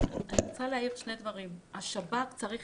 אני רוצה להעיר שני דברים: השב"כ צריך